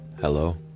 Hello